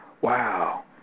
Wow